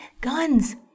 guns